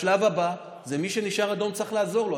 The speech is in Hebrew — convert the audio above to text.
השלב הבא זה שמי שנשאר אדום, צריך לעזור לו.